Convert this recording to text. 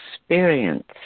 Experience